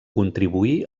contribuí